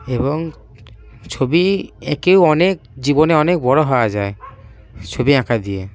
এবং ছবি এঁকেও অনেক জীবনে অনেক বড় হওয়া যায় ছবি আঁকা দিয়ে